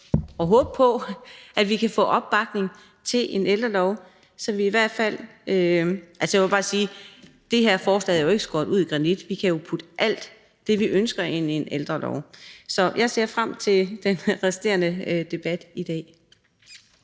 – håber vi på – at vi kan få opbakning til en ældrelov. Og jeg vil bare sige, at det her forslag jo ikke er skåret ud i granit – vi kan putte alt det, vi ønsker, ind i en ældrelov. Så jeg ser frem til den resterende debat i dag.